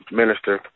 minister